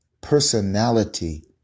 personality